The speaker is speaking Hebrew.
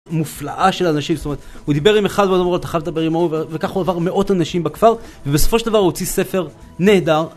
מופלאה של אנשים, זאת אומרת, הוא דיבר עם אחד ואז הוא אומר לו אתה חייב לדבר עם עובר וכך הוא עבר מאות אנשים בכפר ובסופו של דבר הוא הוציא ספר נהדר